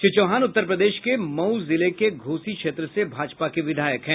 श्री चौहान उत्तर प्रदेश के मऊ जिले के घोसी क्षेत्र से भाजपा के विधायक हैं